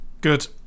Good